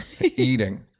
eating